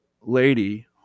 lady